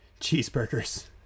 cheeseburgers